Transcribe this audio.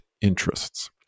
interests